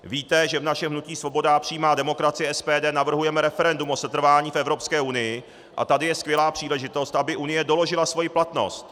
Víte, že naše hnutí Svoboda a přímá demokracie SPD navrhuje referendum o setrvání v Evropské unii, a tady je skvělá příležitost, aby Unie doložila svoji platnost.